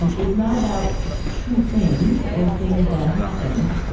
um is not about true things or things that happened,